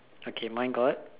okay mine got